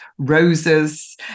Roses